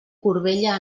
corbella